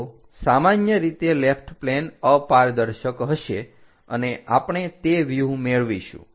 તો સામાન્ય રીતે લેફ્ટ પ્લેન અપારદર્શક હશે અને આપણે તે વ્યુહ મેળવીશું